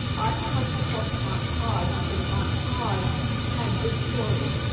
i would like to talk to aunt pod because aunt pod had good stories.